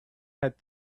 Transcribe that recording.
head